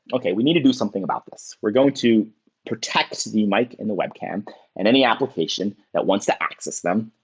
okay, we need to do something about this. we're going to protect the mic and the web cam and any application that wants to access them.